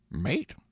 Mate